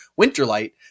Winterlight